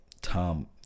Tom